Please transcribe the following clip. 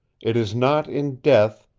it is not in death,